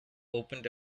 opened